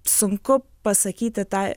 sunku pasakyti tą